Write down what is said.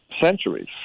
centuries